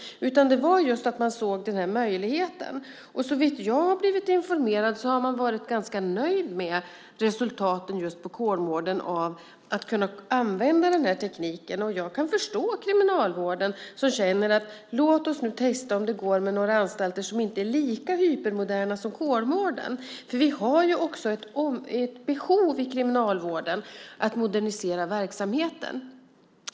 Det var just att man såg den här möjligheten. Såvitt jag har blivit informerad har man varit ganska nöjd med resultaten just på Kolmården av att kunna använda tekniken. Jag kan förstå att Kriminalvården känner det så. Låt oss nu testa om det går med några anstalter som inte är lika hypermoderna som Kolmården. Vi har också ett behov i kriminalvården att modernisera verksamheten.